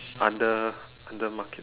under under market